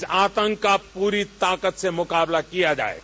इस आरंभ का पूरी ताकत से मुकाबला किया जाएगा